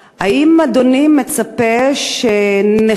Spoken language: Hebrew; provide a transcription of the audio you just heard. האם אדוני מצפה שנכה